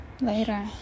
later